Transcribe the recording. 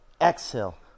exhale